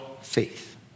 faith